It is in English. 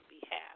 behalf